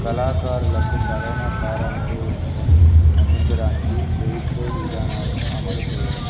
కళాకారులకు సరైన పారితోషికం అందించడానికి ఫెయిత్ ఫెయిల్ విధానాలను అమలు చేయడం